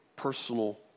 personal